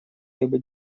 либо